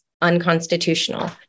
unconstitutional